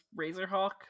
Razorhawk